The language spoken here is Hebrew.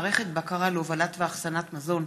מערכת בקרה להובלת ואחסנת מזון